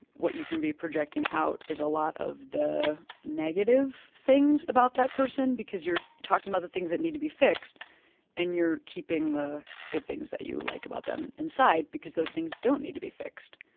what you can be projecting out is a lot of the negative things about that person because you're talking about the things that need to be fixed and you're keeping the good things that you like about them inside because those things don't need to be fixed.